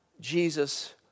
Jesus